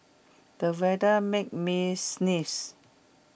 the weather made me sneeze